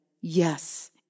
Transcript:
Yes